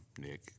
Nick